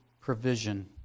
provision